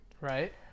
right